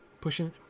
pushing